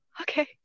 okay